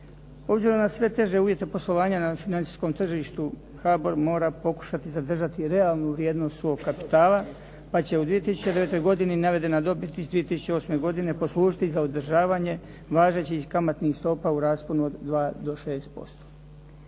Obzirom na sve teže uvjete poslovanja na financijskom tržištu HBOR mora pokušati zadržati realnu vrijednost svog kapitala pa će u 2009. godini navedena dobit iz 2008. godine poslužiti za održavanje važećih kamatnih stopa u rasponu od 2 do 6%.